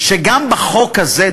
שגם בחוק הזה,